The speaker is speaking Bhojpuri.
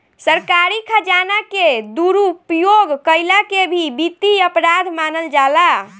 सरकारी खजाना के दुरुपयोग कईला के भी वित्तीय अपराध मानल जाला